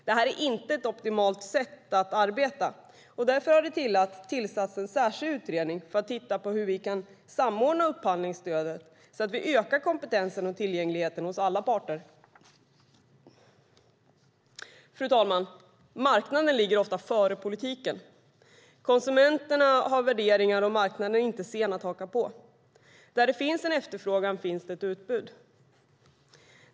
Detta är inte ett optimalt sätt att arbeta. Därför har det tillsatts en särskild utredning för att titta på hur vi kan samordna upphandlingsstödet så att vi ökar kompetensen och tillgängligheten hos alla parter. Fru talman! Marknaden ligger ofta före politiken. Konsumenterna har värderingar, och marknaden är inte sen att haka på. Där det finns en efterfrågan finns det ett utbud.